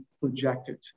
projected